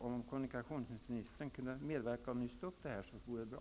Om kommunikationsministern kunde medverka till att nysta upp detta vore det bra.